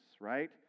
right